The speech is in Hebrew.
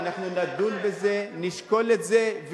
אנחנו נדון בזה, נשקול את זה.